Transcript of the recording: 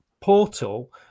portal